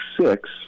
six